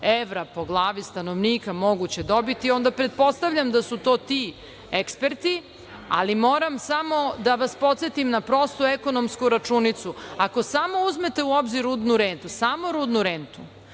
evra po glavi stanovnika moguće dobiti, onda pretpostavljam da su to ti eksperti, ali moram samo da vas podsetim na prostu ekonomsku računicu. Ako samo uzmete u obzir rudnu rentu, samo rudnu rentu,